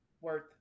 worth